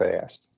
fast